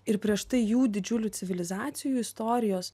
ir prieš tai jų didžiulių civilizacijų istorijos